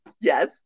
Yes